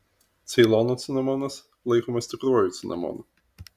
ceilono cinamonas laikomas tikruoju cinamonu